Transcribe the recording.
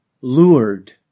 lured